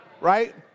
right